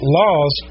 laws